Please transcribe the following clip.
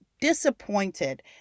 disappointed